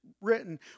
written